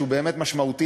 שהוא באמת משמעותי